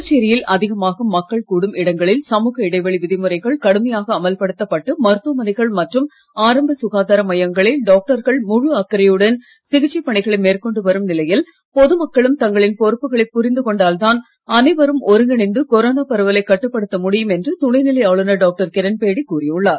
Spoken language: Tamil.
புதுச்சேரியில் அதிகமாக மக்கள் கூடும் இடங்களில் சமூக இடைவெளி விதிமுறைகள் கடுமையாக அமல்படுத்தப்பட்டு மருத்துவமனைகள் மற்றும் ஆரம்ப சுகாதார மையங்களில் டாக்டர்கள் முழு அக்கறையுடன் சிகிச்சை பணிகளை மேற்கொண்டு வரும் நிலையில் பொது மக்களும் தங்களின் பொறுப்புகளை புரிந்து கொண்டால் தான் அனைவரும் ஒருங்கிணைந்து கொரோனா பரவலை கட்டுப்படுத்த முடியும் என்று துணைநிலை ஆளுநர் டாக்டர் கிரண்பேடி கூறியுள்ளார்